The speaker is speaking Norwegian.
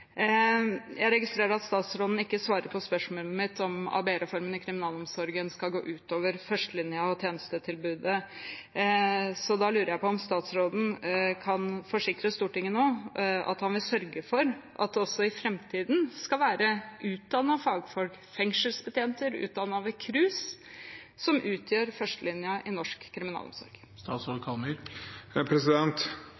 Jeg registrerer at statsråden ikke svarer på spørsmålet mitt om ABE-reformen i kriminalomsorgen skal gå ut over førstelinjen og tjenestetilbudet, så da lurer jeg på om statsråden nå kan forsikre Stortinget om at han vil sørge for at det også i framtiden skal være utdannede fagfolk, fengselsbetjenter utdannet ved KRUS, som utgjør førstelinjen i norsk kriminalomsorg.